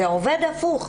זה עובד הפוך.